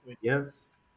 yes